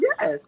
Yes